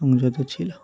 সংযত ছিলো